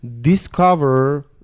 discover